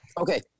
Okay